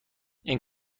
این